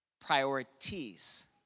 priorities